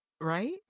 Right